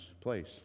place